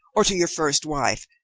or to your first wife.